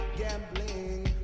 gambling